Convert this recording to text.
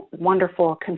wonderful